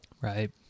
right